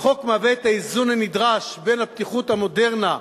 החוק מהווה את האיזון הנדרש בין הפתיחות, המודרנה,